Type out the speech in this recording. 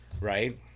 right